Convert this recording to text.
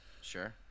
Sure